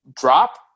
drop